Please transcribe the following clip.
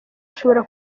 ashobora